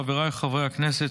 חבריי חברי הכנסת,